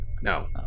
No